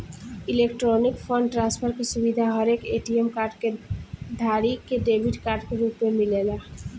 electronic fund transfer के सुविधा हरेक ए.टी.एम कार्ड धारी के डेबिट कार्ड के रूप में मिलेला